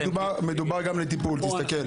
מדובר גם על טיפול, תסתכל.